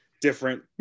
different